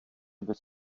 bez